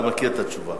אתה מכיר את התשובה.